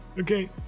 okay